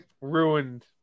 Ruined